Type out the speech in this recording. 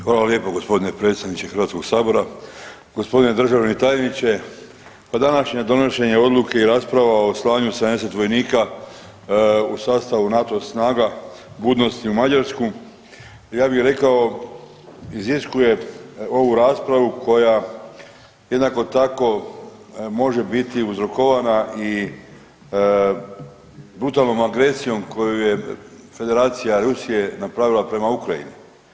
Hvala lijepo g. predsjedniče HS-a, g. državni tajniče, pa današnje donošenje odluke i rasprava o slanju 70 vojnika u sastavu NATO snaga budnosti u Mađarsku, ja bih rekao iziskuje ovu raspravu koja jednako tako može biti uzrokovana i brutalnom agresijom koju je federacija Rusije napravila prema Ukrajini.